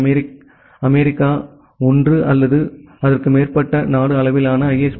B America ஒன்று அல்லது அதற்கு மேற்பட்ட நாடு அளவிலான ஐ